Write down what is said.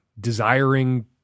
desiring